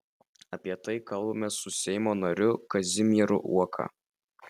apie tai kalbamės su seimo nariu kazimieru uoka